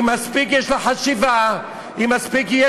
יש לה מספיק חשיבה,